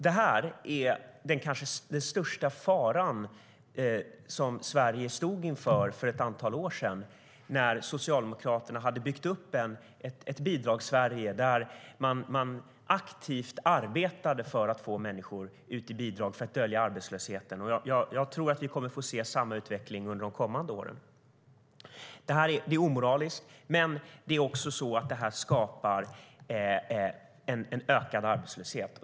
Det här var den kanske största faran som Sverige stod inför för ett antal år sedan när Socialdemokraterna hade byggt upp ett Bidragssverige där man aktivt arbetade för att få ut människor i bidrag för att dölja arbetslösheten. Jag tror att vi kommer att få se samma utveckling under de kommande åren. Det här är omoraliskt, men det skapar också en ökad arbetslöshet.